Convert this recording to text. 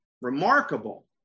Remarkable